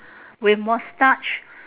with moustache